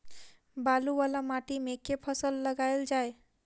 बालू वला माटि मे केँ फसल लगाएल जाए?